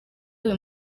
uyu